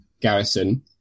Garrison